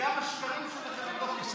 וגם השקרים שלכם הם לא חידושים.